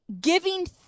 giving